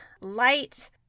light